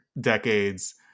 decades